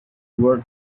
world